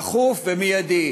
דחוף ומיידי.